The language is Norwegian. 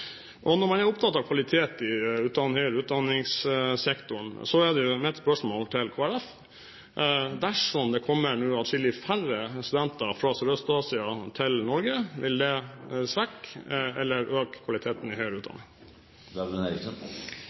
studere. Når man er opptatt av kvalitet i den høyere utdanningssektoren, er mitt spørsmål til Kristelig Folkeparti: Dersom det nå kommer atskillig færre studenter fra Sørøst-Asia til Norge, vil det svekke eller øke kvaliteten i